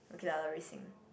okay lah the racing